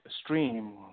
stream